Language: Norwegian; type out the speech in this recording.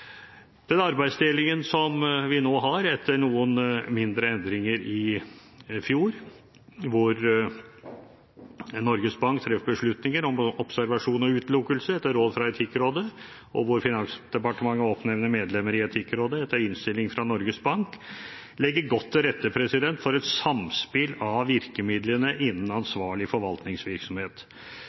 Den arbeidsdelingen som vi nå har etter noen mindre endringer i fjor, hvor Norges Bank treffer beslutninger om observasjon og utelukkelse etter råd fra Etikkrådet, og hvor Finansdepartementet oppnevner medlemmer i Etikkrådet etter innstilling fra Norges Bank, legger godt til rette for et samspill av virkemidlene innen ansvarlig forvaltningsvirksomhet.